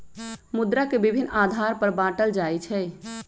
मुद्रा के विभिन्न आधार पर बाटल जाइ छइ